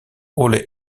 ole